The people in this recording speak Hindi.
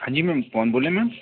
हाँ जी मैम कौन बोल रहें मैम